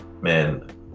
man